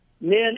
Men